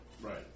Right